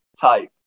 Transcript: type